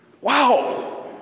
Wow